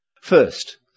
First